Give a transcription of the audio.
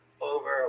over